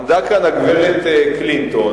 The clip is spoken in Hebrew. עמדה כאן הגברת קלינטון,